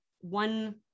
one